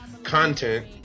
Content